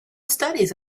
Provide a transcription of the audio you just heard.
studies